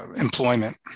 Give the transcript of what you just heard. employment